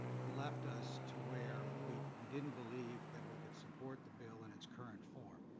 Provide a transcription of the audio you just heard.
left us to where we we didn't believe that we could support the bill in its current form.